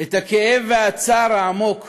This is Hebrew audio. את הכאב והצער העמוק